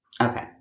Okay